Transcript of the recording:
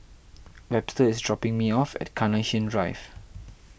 Webster is dropping me off at Carnation Drive